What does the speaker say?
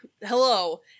hello